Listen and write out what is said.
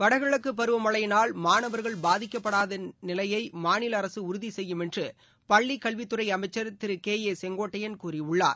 வடகிழக்கு பருவமழையினால் மாணவா்கள் பாதிக்கப்படாததை மாநில அரசு உறுதி செய்யும் என்று பள்ளிக் கல்வித்துறை அமைச்ச் திரு கே ஏ செங்கோட்டையன் கூறியுள்ளார்